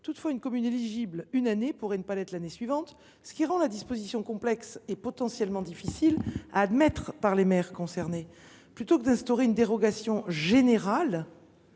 qu’une commune éligible une année pourrait ne pas l’être l’année suivante, ce qui rend la disposition complexe et potentiellement difficile à admettre pour les maires concernés. Plutôt que d’instaurer une dérogation générale,